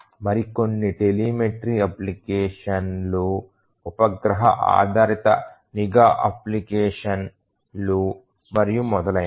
మరికొన్ని టెలిమెట్రీ అప్లికేషన్లు ఉపగ్రహ ఆధారిత నిఘా అప్లికేషన్లు మరియు మొదలైనవి